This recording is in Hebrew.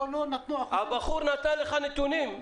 הבחור נתן לך נתונים.